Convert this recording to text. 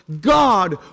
God